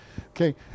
Okay